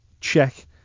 check